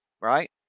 right